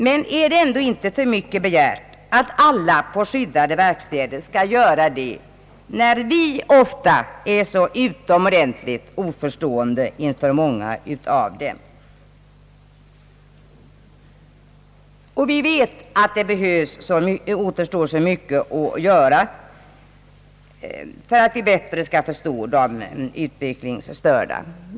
Men är det ändå inte för mycket begärt att alla på skyddade verkstäder skall göra det, när vi ofta är så utomordentligt oförstående inför många av dem? Vi vet att det återstår så mycket att göra för att vi bättre skall förstå de utvecklingsstörda.